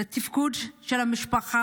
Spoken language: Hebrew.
בתפקוד של המשפחה,